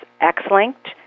X-linked